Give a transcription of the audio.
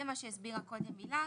זה מה שהסבירה קודם הילה,